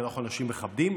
כי אנחנו אנשים מכבדים,